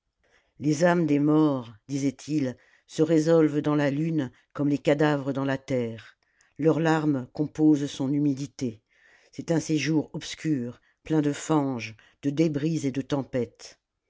prêtre lésâmes des morts disait-il se résolvent dans la lune comme les cadavres dans la terre leurs larmes composent son humidité c'est un séjour obscur plein de fange de débris et de tempêtes